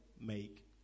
make